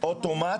אוטומט.